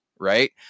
Right